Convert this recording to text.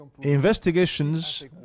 investigations